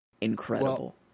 incredible